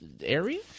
area